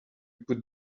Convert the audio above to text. put